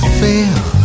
fail